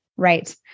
Right